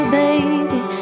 baby